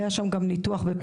היה שם גם ניתוח בפסק הדין.